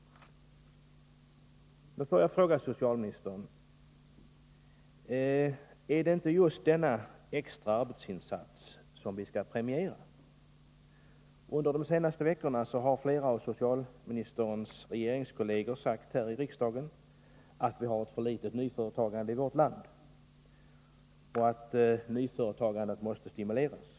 Får jag då fråga socialministern: Är det inte just denna extra arbetsinsats som vi skall premiera? Under de senaste veckorna har flera av socialministerns regeringskolleger här i riksdagen sagt att vi har ett för litet nyföretagande i vårt land och att nyföretagandet måste stimuleras.